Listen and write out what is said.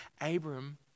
Abram